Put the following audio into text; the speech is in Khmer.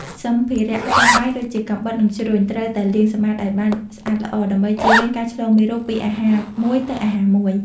សម្ភារៈផ្ទះបាយដូចជាកាំបិតនិងជ្រញ់ត្រូវតែលាងសម្អាតឱ្យបានស្អាតល្អ ដើម្បីចៀសវាងការឆ្លងមេរោគពីអាហារមួយទៅអាហារមួយ។